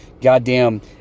goddamn